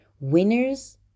Winners